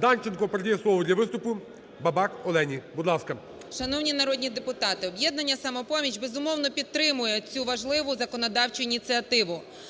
Данченко передає слово для виступу. Бабак Альона, будь ласка. 16:24:28 БАБАК А.В. Шановні народні депутати, "Об'єднання "Самопоміч", безумовно, підтримує цю важливу законодавчу ініціативу.